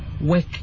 work